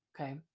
Okay